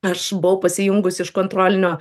aš buvau pasijungusi iš kontrolinio